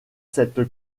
cette